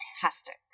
fantastic